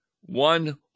one